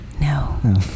No